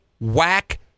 whack